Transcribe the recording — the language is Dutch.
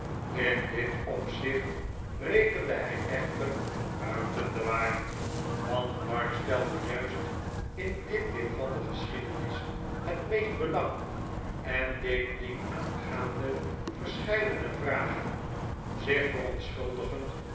in dit opzicht rekende hij echter buiten den waard want mark stelde juist in dit deel van de geschiedenis het meeste belang en deed dienaangaande verscheidene vragen zich verontschuldigend